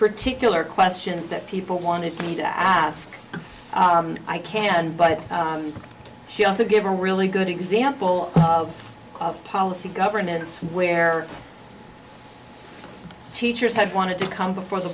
particular question that people want to ask i can but she also give a really good example of policy governance where teachers had wanted to come before the